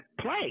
play